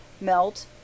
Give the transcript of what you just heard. melt